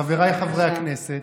חבריי חברי הכנסת,